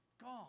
gone